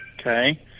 Okay